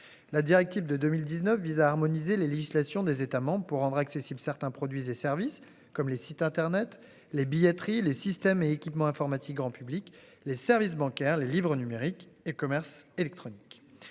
La directive de 2019 vise à harmoniser les législations des États pour rendre accessible certains produits et services comme les sites Internet les billetteries les systèmes et équipements informatiques grand public les services bancaires, les livres numériques et commerce électronique.